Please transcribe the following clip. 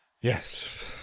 Yes